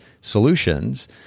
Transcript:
solutions